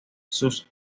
sus